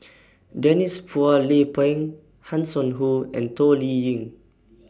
Denise Phua Lay Peng Hanson Ho and Toh Liying